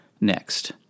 Next